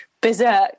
berserk